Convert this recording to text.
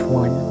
one